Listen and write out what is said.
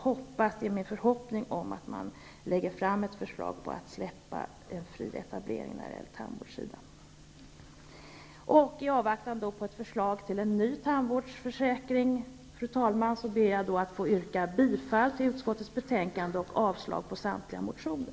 Det är min förhoppning att man lägger fram ett förslag om att släppa etableringen fri inom tandvårdsområdet. I avvaktan på ett förslag till en ny tandvårdsförsäkring, fru talman, ber jag att få yrka bifall till utskottets hemställan och avslag på samtliga motioner.